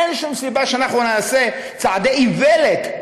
אין שום סיבה שאנחנו נעשה צעדי איוולת,